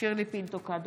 שירלי פינטו קדוש,